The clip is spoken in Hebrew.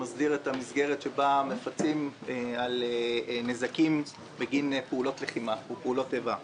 שמסדיר את המסגרת שבה מפצים על נזקים בגין פעולות לחימה ופעולות איבה.